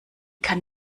kann